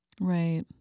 Right